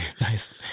Nice